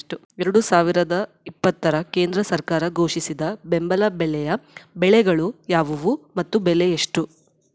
ಎರಡು ಸಾವಿರದ ಇಪ್ಪತ್ತರ ಕೇಂದ್ರ ಸರ್ಕಾರ ಘೋಷಿಸಿದ ಬೆಂಬಲ ಬೆಲೆಯ ಬೆಳೆಗಳು ಯಾವುವು ಮತ್ತು ಬೆಲೆ ಎಷ್ಟು?